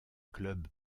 club